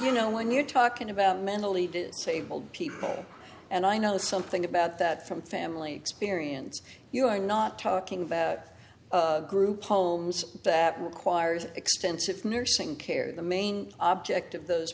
you know when you're talking about mentally disabled people and i know something about that from family experience you are not talking about group palms that requires extensive nursing care the main object of those